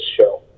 show